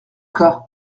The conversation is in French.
cas